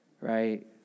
right